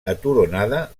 aturonada